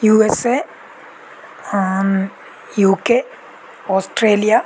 USA UK Australia